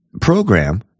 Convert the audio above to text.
program